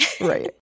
Right